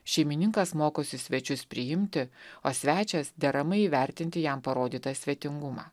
šeimininkas mokosi svečius priimti o svečias deramai įvertinti jam parodytą svetingumą